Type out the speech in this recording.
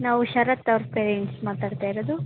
ನಾವು ಶರತ್ ಅವ್ರ ಪೇಯೆಂಟ್ಸ್ ಮಾತಾಡ್ತಾಯಿರೋದು